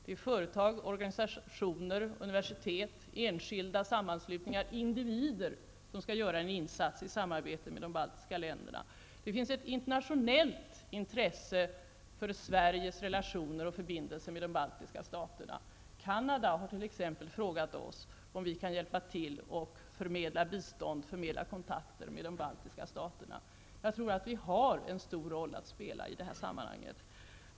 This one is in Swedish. Det är företag, organisationer, universitet, enskilda, samanslutningar och individer som skall göra en insats i samarbete med de baltiska länderna. Det finns ett internationellt intresse för Sveriges relationer och förbindelser med de baltiska staterna. Canada har t.ex. frågat oss om vi kan hjälpa till att förmedla bistånd och kontakter med de baltiska staterna. Jag tror att vi har en stor roll att spela i det här sammanhanget.